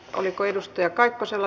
oliko edustaja kaikkoselle